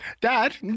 Dad